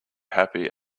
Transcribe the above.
happy